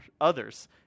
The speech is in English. others